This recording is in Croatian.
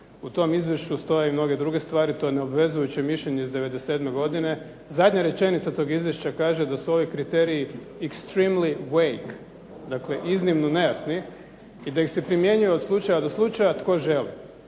U tom izvješću stoje i mnoge druge stvari. To je neobvezujuće mišljenje iz '97. godine. Zadnja rečenica tog izvješća kaže da su ovi kriteriji extremly wake, dakle iznimno nejasni i da ih se primjenjuje od slučaja do slučaja tko želi.